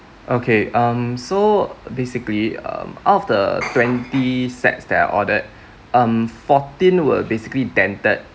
okay um so basically um out of the twenty sets that I ordered um fourteen were basically dented